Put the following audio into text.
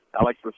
Alex